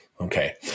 Okay